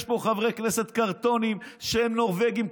יש פה חברי כנסת קרטונים שהם נורבגים,